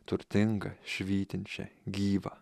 turtingą švytinčią gyvą